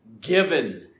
given